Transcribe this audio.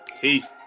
Peace